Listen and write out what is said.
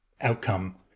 outcome